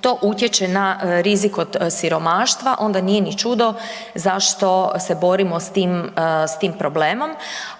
to utječe na rizik od siromaštva, onda nije ni čudno zašto se borimo s tim problemom